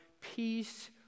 peace